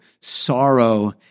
sorrow